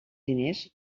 diners